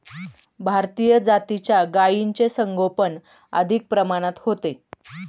भारतीय जातीच्या गायींचे संगोपन अधिक प्रमाणात होते